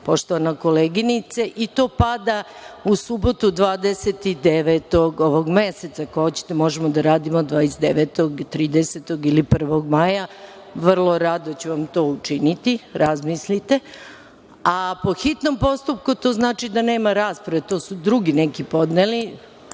poštovana koleginice, i to pada u subotu, 29. ovog meseca. Ako hoćete, možemo da radimo 29, 30. ili 1. maja? Vrlo rado ću vam to učiniti, razmislite. Po hitnom postupku, znači da nema rasprave, to su neki drugi podneli,